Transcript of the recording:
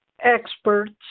experts